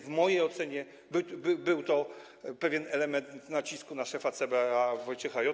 W mojej ocenie był to pewien element nacisku na szefa CBA Wojciecha J.